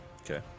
Okay